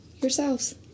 yourselves